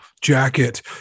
jacket